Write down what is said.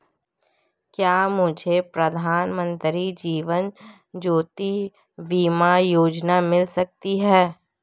क्या मुझे प्रधानमंत्री जीवन ज्योति बीमा योजना मिल सकती है?